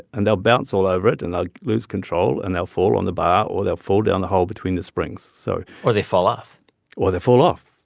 and they'll bounce all over it. and they'll lose control, and they'll fall on the bar or they'll fall down the hole between the springs. so. or they fall off or they fall off.